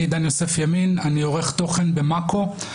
אני עורך תוכן במאקו.